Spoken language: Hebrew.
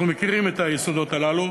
אנחנו מכירים את היסודות הללו.